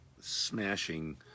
smashing